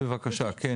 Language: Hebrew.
בבקשה, כן?